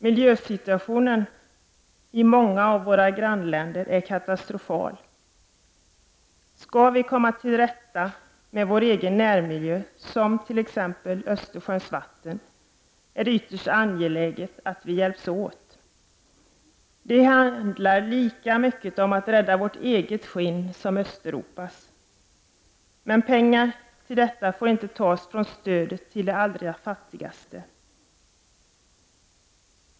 Miljösituationen i många av våra grannländer är katastrofal. Skall vi komma till rätta med vår egen närmiljö, t.ex. Östersjöns vatten, är det ytterst angeläget att vi hjälps åt. Det handlar lika mycket om att rädda vårt eget skinn som Östeuropas. Men pengar till detta får inte tas från stödet till de allra fattigaste.